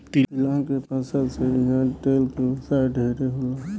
तिलहन के फसल से इहा तेल के व्यवसाय ढेरे होला